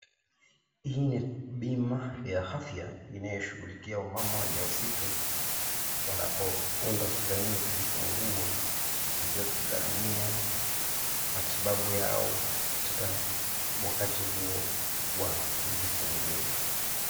Hii ni bima ya afya inayoshughulikia wamama wajawazito wanapoenda hospitalini kujifungua kusaidia kugharamia matibabu yao katika wakati huo wa kujifungua.